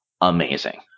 amazing